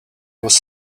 was